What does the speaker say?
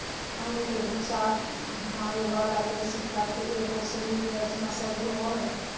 अंग के घुमावे वाला पेशी कफ एगो शरीर रचना शब्द होबो हइ